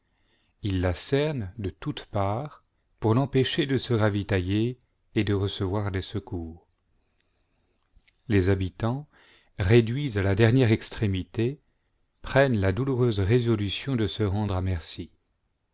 il la cerne de toutes parts pour l'empêcher de se ravitailler et de recevoir des secours les habitants réduits à la dernière extrémité prennent la douloureuse résolution de se rendre à merci